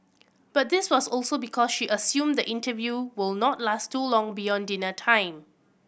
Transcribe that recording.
but this was also because she assumed the interview will not last too long beyond dinner time